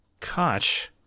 Koch